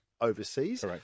Overseas